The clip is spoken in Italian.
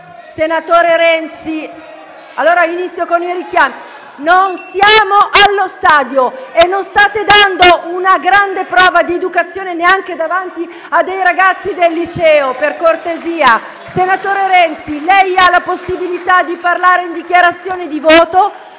Senatore Renzi! Inizio con i richiami. Non siamo allo stadio e non state dando una grande prova di educazione davanti ai ragazzi del liceo in visita. Per cortesia, senatore Renzi, lei ha la possibilità di parlare in dichiarazione di voto.